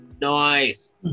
Nice